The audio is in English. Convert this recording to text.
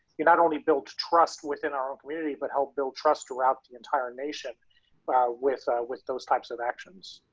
it not only builds trust within our own community but helps build trust throughout the entire nation with with those types of actions.